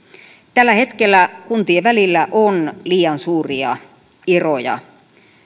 tällä hetkellä kuntien välillä on liian suuria eroja